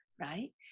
right